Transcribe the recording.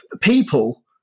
People